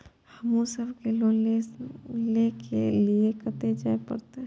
हमू सब के लोन ले के लीऐ कते जा परतें?